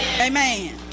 Amen